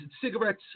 Cigarettes